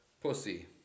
pussy